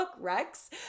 Rex